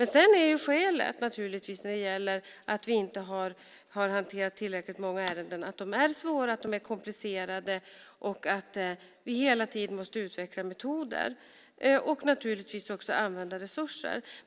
När det gäller att vi inte har hanterat tillräckligt många ärenden är skälet naturligtvis att de är svåra, att de är komplicerade och att vi hela tiden måste utveckla metoder och naturligtvis också använda resurser.